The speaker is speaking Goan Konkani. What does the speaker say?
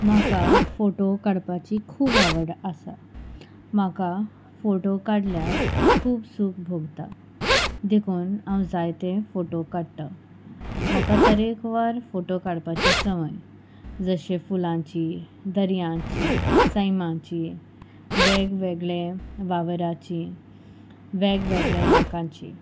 म्हाका फोटो काडपाची खूब आवड आसा म्हाका फोटो काडल्यार खूब सूख भोगता देखून हांव जायते फोटो काडटा म्हाका तरेकवार फोटो काडपाची संवय जशे फुलांची दर्याची सैमाची वेग वेगळे वावराची वेग वेगळे लोकांची